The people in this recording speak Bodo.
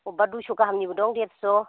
अबेबा दुइस' गाहामनिबो दं देरस'